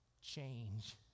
change